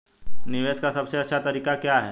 निवेश का सबसे अच्छा तरीका क्या है?